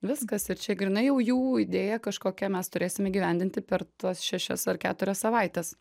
viskas ir čia grynai jau jų idėją kažkokią mes turėsim įgyvendinti per tas šešias ar keturias savaites